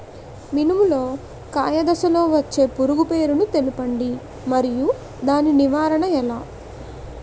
మినుము లో కాయ దశలో వచ్చే పురుగు పేరును తెలపండి? మరియు దాని నివారణ ఎలా?